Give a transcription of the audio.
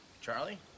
Charlie